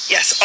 Yes